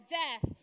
death